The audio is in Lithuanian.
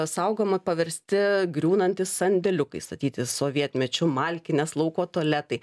saugoma paversti griūnantys sandėliukai statyti sovietmečiu malkinės lauko tualetai